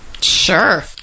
Sure